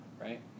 right